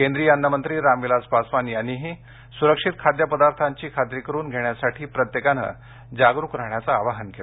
केंद्रीय अन्नमंत्री रामविलास पासवान यांनीही सुरक्षित खाद्यपदार्थांची खात्री करून घेण्यासाठी प्रत्येकानं जागरूक राहण्याचं आवाहन केलं